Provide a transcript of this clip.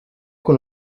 con